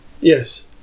yes